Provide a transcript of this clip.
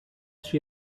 she